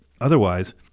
Otherwise